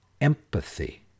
empathy